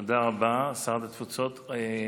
תודה רבה, שרת התפוצות.